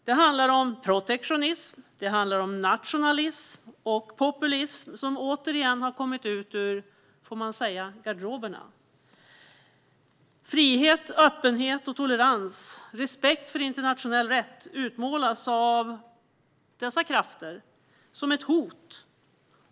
Det handlar om protektionism, det handlar om nationalism och populism som återigen har kommit ut ur garderoberna. Frihet, öppenhet och tolerans liksom respekt för internationell rätt utmålas av dessa krafter som ett hot.